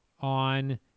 on